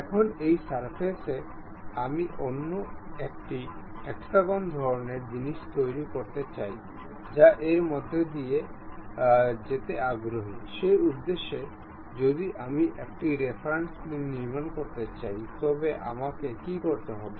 এখন এই সারফেসে আমি অন্য একটি হেক্সাগণ ধরনের জিনিস তৈরি করতে চাই যা এর মধ্য দিয়ে যেতে আগ্রহী সেই উদ্দেশ্যে যদি আমি একটি রেফারেন্স প্লেন নির্মাণ করতে চাই তবে আমাকে কী করতে হবে